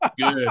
good